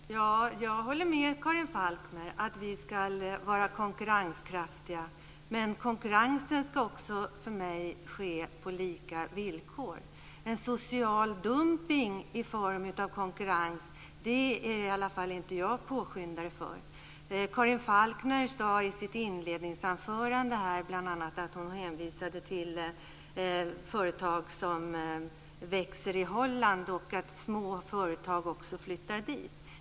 Fru talman! Jag håller med Karin Falkmer att vi ska vara konkurrenskraftiga. Men för mig ska konkurrensen ske på lika villkor. En social dumpning i form av konkurrens är i varje fall inte jag påskyndare för. Karin Falkmer hänvisade i sitt inledningsanförande bl.a. till företag som växer i Holland och att också små företag flyttar dit.